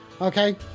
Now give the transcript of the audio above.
Okay